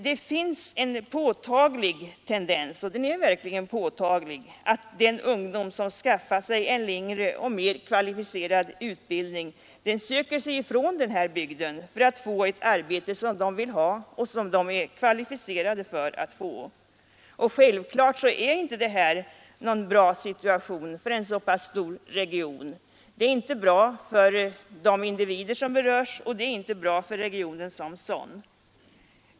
Det finns en påtaglig tendens att de ungdomar som skaffat sig en längre och mer kvalificerad utbildning söker sig ifrån den här bygden för att få ett arbete som de vill ha och som de är kvalificerade att få. Självfallet är inte detta någon bra situation för en så pass stor region. Det är inte bra för de individer som berörs, och det är inte bra för regionen som sådan.